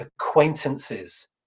acquaintances